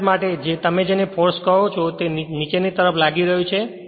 તેટલા જ માટે જ તમે જેને ફોર્સ કહો છો તે નીચેની તરફ લાગી રહ્યું છે